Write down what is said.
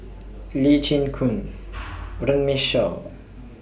Lee Chin Koon Runme Shaw